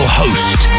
host